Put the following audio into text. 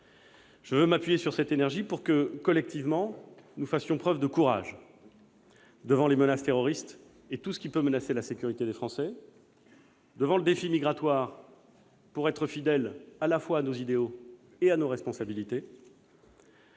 Je veux m'appuyer sur cette énergie pour que, collectivement, nous fassions preuve de courage : courage devant les menaces terroristes et tout ce qui peut menacer la sécurité des Français ; courage devant le défi migratoire pour être fidèles à nos idéaux comme à nos responsabilités